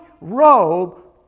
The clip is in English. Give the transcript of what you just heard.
robe